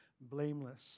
blameless